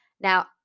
Now